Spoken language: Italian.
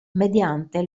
mediante